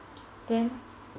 then